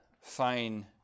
fine